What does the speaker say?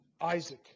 Isaac